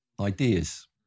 ideas